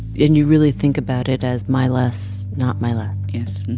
and you really think about it as my les, not my les? yes